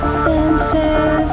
senses